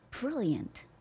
brilliant